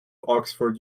oxford